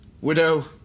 Widow